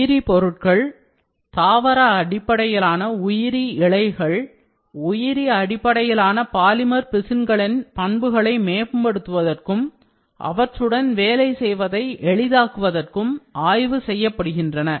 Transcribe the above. உயிரி பொருட்கள் Bio materials தாவர அடிப்படையிலான உயிரி இழைகள் bio fibers உயிரி அடிப்படையிலான பாலிமர் பிசின்களின் பண்புகளை மேம்படுத்துவதற்கும் அவற்றுடன் வேலை செய்வதை எளிதாக்குவதற்கும் ஆய்வு செய்யப்படுகின்றன